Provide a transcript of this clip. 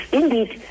indeed